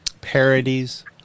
parodies